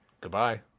goodbye